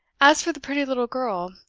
as for the pretty little girl,